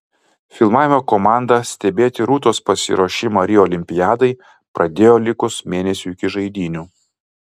filmavimo komanda stebėti rūtos pasiruošimą rio olimpiadai pradėjo likus mėnesiui iki žaidynių